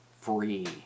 free